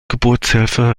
geburtshilfe